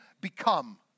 become